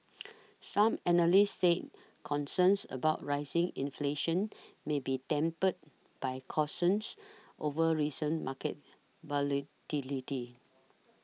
some analysts said concerns about rising inflation may be tempered by cautions over recent market volatility